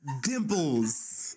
Dimples